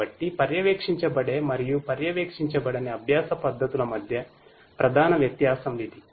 కాబట్టి పర్యవేక్షించబడే మరియు పర్యవేక్షించబడని అభ్యాస పద్ధతుల మధ్య ప్రధాన వ్యత్యాసం ఇది